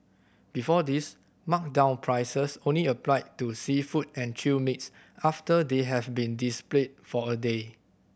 before this marked down prices only applied to seafood and chilled meats after they have been displayed for a day